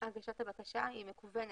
הגשת הבקשה מקוונת,